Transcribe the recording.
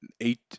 eight